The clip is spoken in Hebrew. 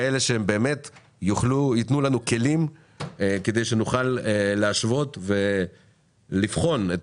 כאלה שהם באמת ייתנו לנו כלים כדי שנוכל להשוות ולבחון את